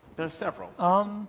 there's several ah